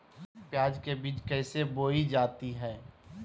प्याज के बीज कैसे बोई जाती हैं?